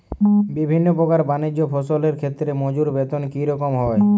বিভিন্ন প্রকার বানিজ্য ফসলের ক্ষেত্রে মজুর বেতন কী রকম হয়?